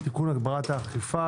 (תיקון - הגברת האכיפה),